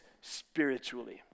spiritually